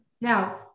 Now